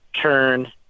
turn